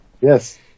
yes